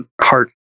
heart